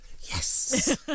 Yes